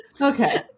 Okay